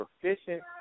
proficient